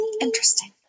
interesting